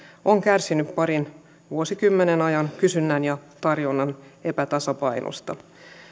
on kärsinyt parin vuosikymmenen ajan kysynnän ja tarjonnan epätasapainosta